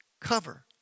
cover